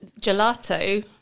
gelato